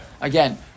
Again